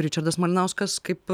ričardas malinauskas kaip